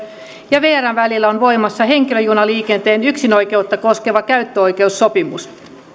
ja vrn välillä on voimassa henkilöjunaliikenteen yksinoikeutta koskeva käyttöoikeussopimus